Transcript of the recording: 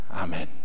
Amen